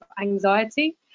anxiety